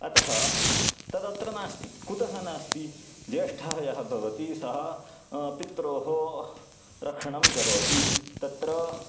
अतः तदत्र नास्ति कुतः नास्ति ज्येष्ठः यः भवति सः पित्रोः रक्षणं करोति तत्र